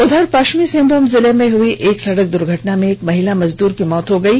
उधर पश्चिमी सिंहभूम जिले में हई एक सड़क द्वर्घटना में एक महिला मजदूर की मौत हो गयी